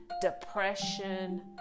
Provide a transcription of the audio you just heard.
depression